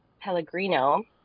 Pellegrino